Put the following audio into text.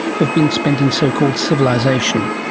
have been spent in so-called civilisation.